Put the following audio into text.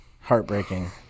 Heartbreaking